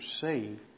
see